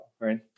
right